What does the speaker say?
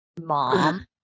mom